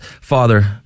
Father